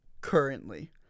Currently